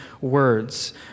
words